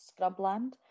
scrubland